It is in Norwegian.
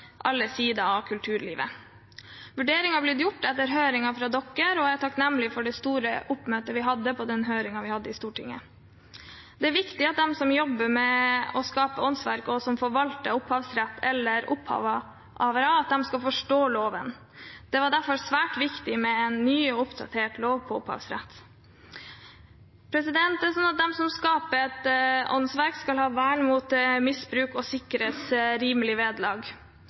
alle sider av kulturlivet. Vurderingene er blitt gjort etter høringen med dem, og jeg er takknemlig for det store oppmøtet vi hadde på den høringen vi hadde i Stortinget. Det er viktig at de som jobber med å skape åndsverk, og som forvalter opphavsrett eller er opphavspersoner, skal forstå loven. Det var derfor svært viktig med en ny og oppdatert lov om opphavsrett. De som skaper et åndsverk, skal ha vern mot misbruk og sikres rimelig